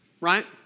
right